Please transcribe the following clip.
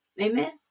Amen